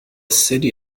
city